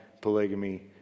polygamy